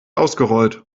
ausgerollt